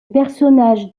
personnage